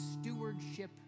stewardship